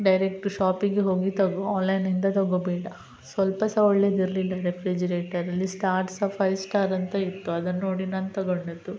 direct ಶಾಪಿಗೆ ಹೋಗಿ ತೊಗೋ ಆನ್ಲೈನಿಂದ ತೊಗೋಬೇಡ ಸ್ವಲ್ಪ ಸಹ ಒಳ್ಳೆಯದಿರ್ಲಿಲ್ಲ ರೆಫ್ರಿಜಿರೇಟರಲ್ಲಿ ಸ್ಟಾರ್ ಸಹ ಫೈ ಸ್ಟಾರ್ ಅಂತ ಇತ್ತು ಅದನ್ನು ನೋಡಿ ನಾನು ತಗೊಂಡಿದ್ದು